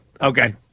Okay